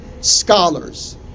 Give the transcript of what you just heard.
Scholars